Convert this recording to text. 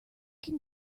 can